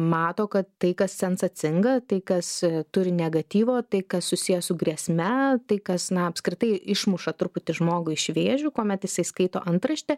mato kad tai kas sensacinga tai kas turi negatyvo tai kas susiję su grėsme tai kas na apskritai išmuša truputį žmogų iš vėžių kuomet jisai skaito antraštę